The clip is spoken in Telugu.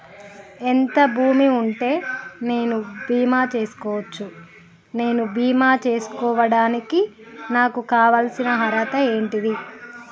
ఎంత భూమి ఉంటే నేను బీమా చేసుకోవచ్చు? నేను బీమా చేసుకోవడానికి నాకు కావాల్సిన అర్హత ఏంటిది?